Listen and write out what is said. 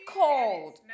cold